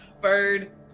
bird